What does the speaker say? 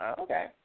okay